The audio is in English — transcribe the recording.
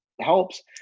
helps